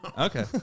Okay